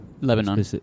Lebanon